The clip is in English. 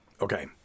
Okay